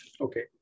okay